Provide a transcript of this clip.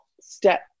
step